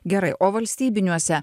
gerai o valstybiniuose